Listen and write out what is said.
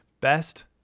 Best